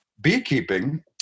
beekeeping